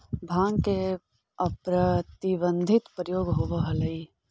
भाँग के अप्रतिबंधित प्रयोग होवऽ हलई